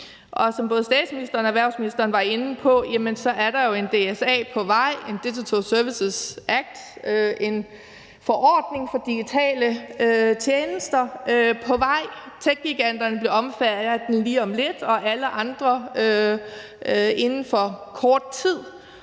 Som både statsministeren og erhvervsministeren var inde på, er der jo en DSA – en Digital Services Act, en forordning om digitale tjenester – på vej. Techgiganterne bliver omfattet af den lige om lidt, og alle andre inden for kort tid,